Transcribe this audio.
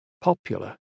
popular